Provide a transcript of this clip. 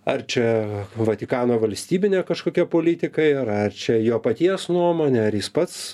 ar čia vatikano valstybinė kažkokia politikai ar čia jo paties nuomonė ar jis pats